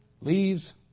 leaves